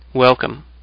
Welcome